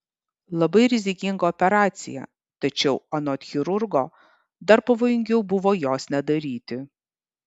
labai rizikinga operacija tačiau anot chirurgo dar pavojingiau buvo jos nedaryti